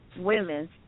women